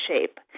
shape